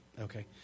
Okay